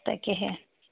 তাকেহে